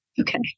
Okay